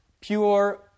pure